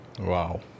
Wow